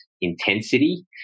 intensity